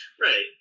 Right